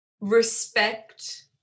respect